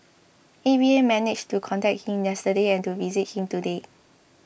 A V A managed to contact him yesterday and to visit him today